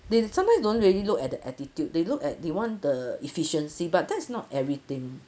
they sometimes don't really look at the attitude they look at they want the efficiency but that is not everything